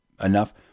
Enough